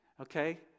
Okay